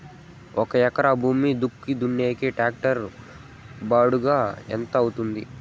ఒక ఎకరా భూమి దుక్కి దున్నేకి టాక్టర్ బాడుగ ఎంత అవుతుంది?